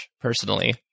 personally